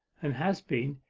and has been,